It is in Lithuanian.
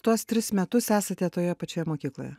tuos tris metus esate toje pačioje mokykloje